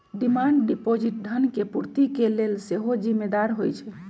demand deposit धन के पूर्ति के लेल सेहो जिम्मेदार होइ छइ